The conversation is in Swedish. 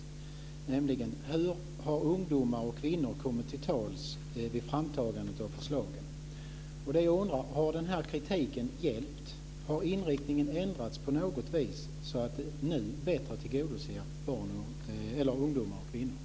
Det gäller då hur ungdomar och kvinnor har kommit till tals vid framtagandet av förslagen. Har kritiken hjälpt? Har inriktningen ändrats på något vis så att ungdomar och kvinnor nu bättre tillgodoses?